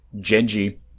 Genji